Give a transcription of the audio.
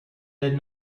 had